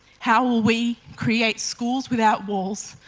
how will we create schools without walls,